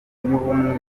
y’ubumwe